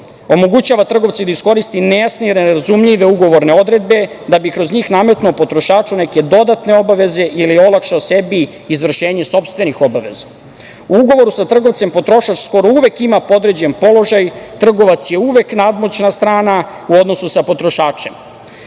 omogućava trgovcu da iskoristi nejasne i nerazumljive ugovorne odredbe da bi kroz njih nametnuo potrošaču neke dodatne obaveze ili olakšao sebi izvršenje sopstvenih obaveze.U ugovoru sa trgovcem potrošač skoro uvek ima podređen položaj. Trgovac je uvek nadmoćna strana u odnosu sa potrošačem.